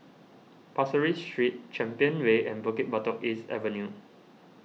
Pasir Ris Street Champion Way and Bukit Batok East Avenue